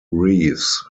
reefs